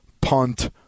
punt